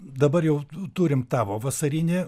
dabar jau turim tavo vasarinį